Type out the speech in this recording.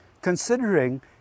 Considering